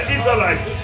Israelites